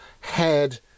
head